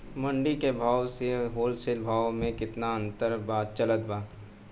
मंडी के भाव से होलसेल भाव मे केतना के अंतर चलत बा?